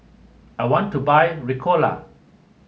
I want to buy Ricola